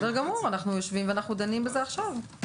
בסדר גמור, אנחנו יושבים ואנחנו דנים בזה עכשיו.